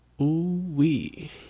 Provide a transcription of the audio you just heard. Ooh-wee